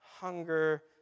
hunger